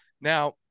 Now